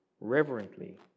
reverently